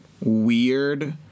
weird